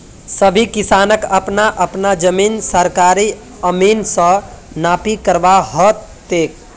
सभी किसानक अपना अपना जमीन सरकारी अमीन स नापी करवा ह तेक